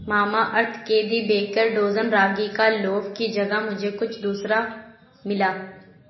ماما ارتھ کے the baker dozen ragi کا loaf کی جگہ مجھے کچھ دوسرا ملا